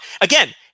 again